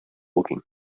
looking